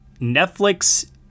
netflix